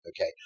Okay